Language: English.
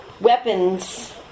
Weapons